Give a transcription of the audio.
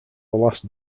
last